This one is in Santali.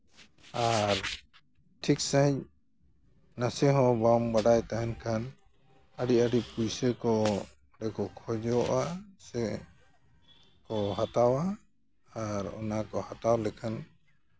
ᱟᱨ ᱴᱷᱤᱠ ᱥᱟᱺᱦᱤᱡ ᱱᱟᱥᱮ ᱦᱚᱸ ᱵᱟᱝ ᱵᱟᱰᱟᱭ ᱛᱟᱦᱮᱱ ᱠᱷᱟᱱ ᱟᱹᱰᱤ ᱟᱹᱰᱤ ᱯᱩᱭᱥᱟᱹ ᱠᱚ ᱚᱸᱰᱮ ᱠᱚ ᱠᱷᱚᱡᱚᱜᱼᱟ ᱥᱮ ᱠᱚ ᱦᱟᱛᱟᱣᱟ ᱟᱨ ᱚᱱᱟᱠᱚ ᱦᱟᱛᱟᱣ ᱞᱮᱠᱷᱟᱱ